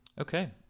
okay